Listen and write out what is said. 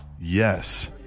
Yes